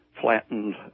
flattened